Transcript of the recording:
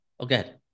Okay